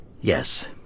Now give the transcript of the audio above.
Yes